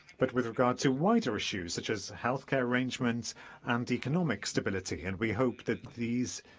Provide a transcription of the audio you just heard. but with regard to wider issues, such as healthcare arrangements and economic stability. and we hope that these